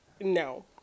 No